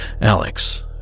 Alex